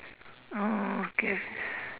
oh okay